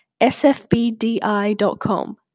sfbdi.com